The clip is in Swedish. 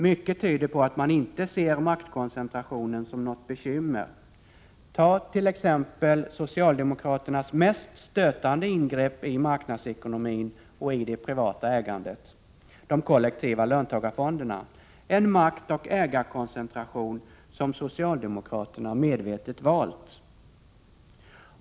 Mycket tyder på att man inte ser maktkoncentrationen som något bekymmer. Tag t.ex. socialdemokraternas mest stötande ingrepp i marknadsekonomin och i det privata ägandet: de kollektiva löntagarfonderna, en maktoch ägarkoncentration som socialdemokraterna medvetet valt.